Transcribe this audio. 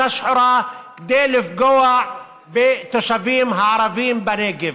השחורה כדי לפגוע בתושבים הערבים בנגב.